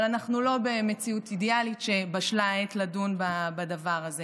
אבל אנחנו לא במציאות אידיאלית שבשלה העת לדון בדבר הזה